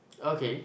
okay